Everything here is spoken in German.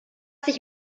sich